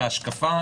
ההשקפה